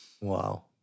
Wow